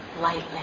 lightly